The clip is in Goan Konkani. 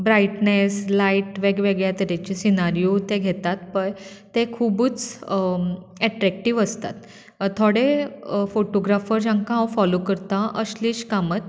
ब्रयाटन्स लायत वेगळ्या वेगळ्या तरेचे सिनारयो ते घेतात पय तें खुबूच एट्रेक्टीव आसतात थोडे फोटोग्राफर जांकां हांव फोलो करता अश्लेश कामत